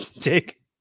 Dick